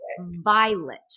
violet